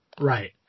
Right